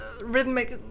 rhythmic